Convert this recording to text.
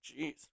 Jeez